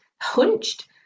hunched